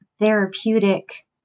therapeutic